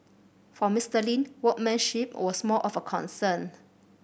for Mister Lin workmanship was more of a concern